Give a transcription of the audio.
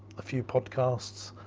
a few podcasts.